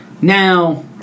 Now